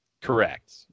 Correct